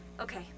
Okay